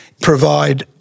provide